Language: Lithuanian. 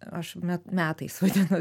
aš net metais vadinu